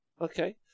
Okay